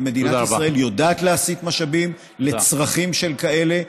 ומדינת ישראל יודעת להסיט משאבים לצרכים שכאלה,